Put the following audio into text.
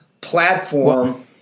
platform